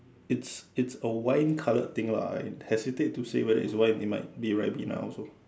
it's it's a wine coloured thing lah I hesitate to say whether it's wine it might be Ribena also